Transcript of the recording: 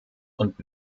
und